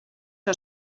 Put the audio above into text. que